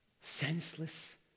senseless